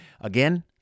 again